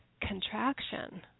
contraction